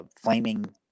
flaming